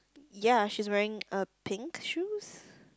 ya she's wearing a pink shoes